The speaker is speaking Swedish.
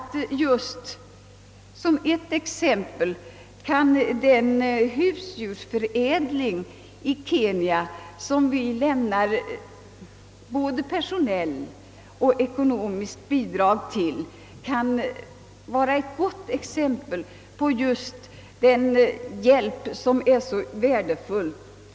Som exempel på värdefull hjälp åt u-länderna kan nämnas den husdjursförädling i Kenya som vi lämnar bidrag till.